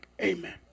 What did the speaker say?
Amen